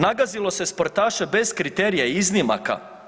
Nagazilo se sportaše bez kriterija i iznimaka.